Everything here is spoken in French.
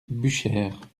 buchères